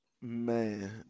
Man